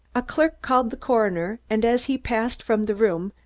a clerk called the coroner and as he passed from the room,